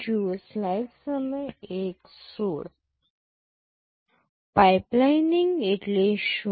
pipelining એટલે શું